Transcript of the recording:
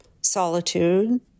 Solitude